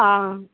आं